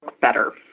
better